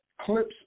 clips